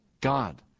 God